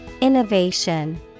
Innovation